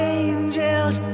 angels